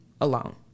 alone